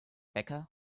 becca